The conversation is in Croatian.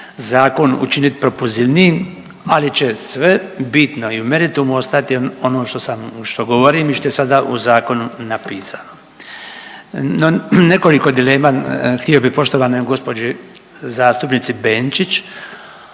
zakon učiniti propulzivnijim, ali će sve bitno i meritum ostati ono što sam, što govorim i što sada u zakonu napisano. No, nekoliko dilema, htio bih poštovanoj gđi. zastupnici Benčić